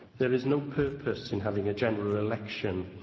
there is no purpose in having a general election.